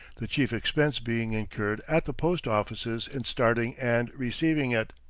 the chief expense being incurred at the post-offices in starting and receiving it.